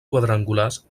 quadrangulars